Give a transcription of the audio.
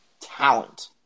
talent